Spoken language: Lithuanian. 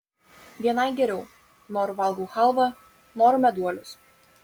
vienai geriau noriu valgau chalvą noriu meduolius